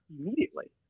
immediately